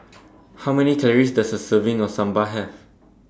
How Many Calories Does A Serving of Sambar Have